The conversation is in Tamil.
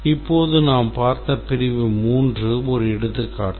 இப்போது நாம் பார்த்த பிரிவு 3 ஒரு எடுத்துக்காட்டு